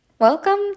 welcome